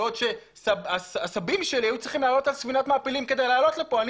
בעוד שהסבים שלי היו צריכים לעלות על ספינת מעפילים כדי לעלות לפה אני